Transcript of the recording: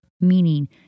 Meaning